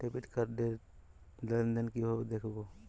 Debit card র লেনদেন কিভাবে দেখবো?